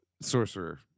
Sorcerer